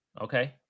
Okay